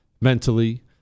mentally